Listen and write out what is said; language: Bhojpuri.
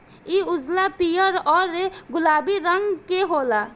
इ उजला, पीयर औरु गुलाबी रंग के होला